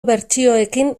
bertsioekin